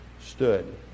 stood